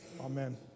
Amen